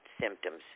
symptoms